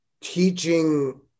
Teaching